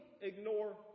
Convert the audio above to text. ignore